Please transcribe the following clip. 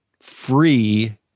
free